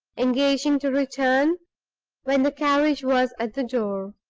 engaging to return when the carriage was at the door.